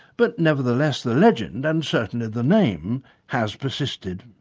but nevertheless the legend and certainly the name has persisted.